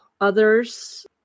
others